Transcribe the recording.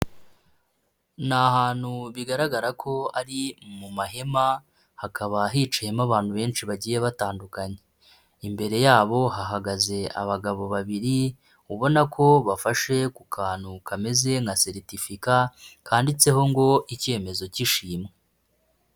Ni ahantu bigaragara ko ari mu mahema hakaba hicayemo abantu benshi bagiye batandukanye, imbere yabo hahagaze abagabo babiri ubona ko bafashe ku kantu kameze nka seritifika kanditseho ngo icyemezo k'ishimwe.